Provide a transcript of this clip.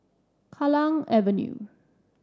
Kallang Avenue